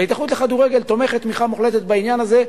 שההתאחדות לכדורגל תומכת תמיכה מוחלטת בעניין הזה,